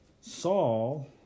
Saul